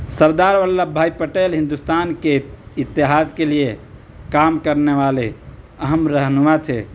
سردار Vallabhbhai Patel Hindustan کے اتحاد کے لیے کام کرنے والے اہم رہنما تھے